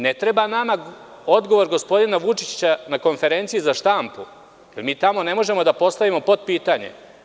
Ne treba nama odgovor gospodina Vučića na konferenciji za štampu, jer mi tamo ne možemo da postavimo potpitanje.